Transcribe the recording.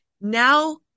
Now